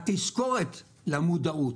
התזכורת למודעות,